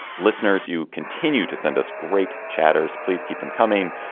listeners, you continue to send us great chatters. please keep them coming.